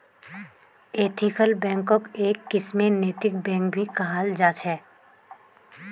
ethical बैंकक् एक किस्मेर नैतिक बैंक भी कहाल जा छे